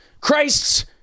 Christ's